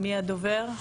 מי הדובר?